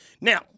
Now